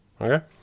Okay